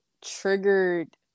triggered